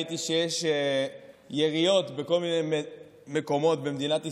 ראיתי שיש יריות בכל מיני מקומות במדינת ישראל,